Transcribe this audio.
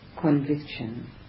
conviction